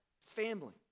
family